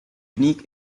unique